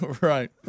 right